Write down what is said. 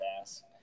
ass